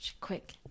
quick